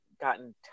gotten